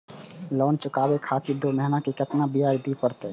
Loan चुकाबे खातिर दो महीना के केतना ब्याज दिये परतें?